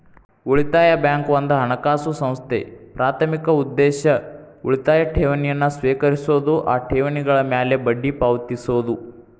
ಉಳಿತಾಯ ಬ್ಯಾಂಕ್ ಒಂದ ಹಣಕಾಸು ಸಂಸ್ಥೆ ಪ್ರಾಥಮಿಕ ಉದ್ದೇಶ ಉಳಿತಾಯ ಠೇವಣಿನ ಸ್ವೇಕರಿಸೋದು ಆ ಠೇವಣಿಗಳ ಮ್ಯಾಲೆ ಬಡ್ಡಿ ಪಾವತಿಸೋದು